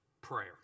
prayer